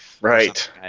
Right